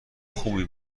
خوبی